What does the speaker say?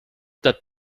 that